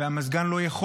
והמזגן לא יכול